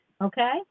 Okay